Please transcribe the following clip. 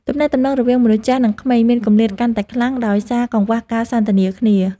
ទំនាក់ទំនងរវាងមនុស្សចាស់ និងក្មេងមានគម្លាតកាន់តែខ្លាំងដោយសារកង្វះការសន្ទនាគ្នា។